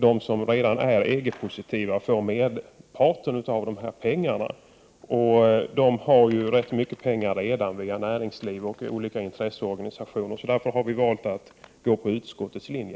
De som redan är EG-positiva får merparten av dessa pengar. Men de har redan rätt mycket pengar via näringsliv och olika intresseorganisationer. Därför har vi valt att följa utskottets linje.